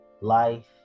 life